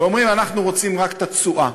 ואומרים: אנחנו רוצים רק את התשואה.